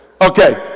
Okay